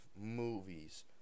movies